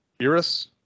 iris